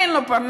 אין לו פרנסה,